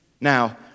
Now